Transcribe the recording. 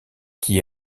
qui